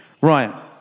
Right